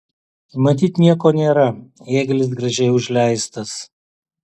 matyt nieko nėra ėglis gražiai užleistas